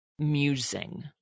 Musing